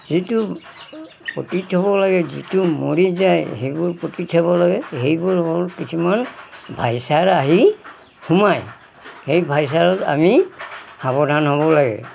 যিটো পুতি থ'ব লাগে যিটো মৰি যায় সেইবোৰ পুতি থ'ব লাগে সেইবোৰ হয় কিছুমান ভাইচাৰ আহি সোমাই সেই ভাইচাৰত আমি সাৱধান হ'ব লাগে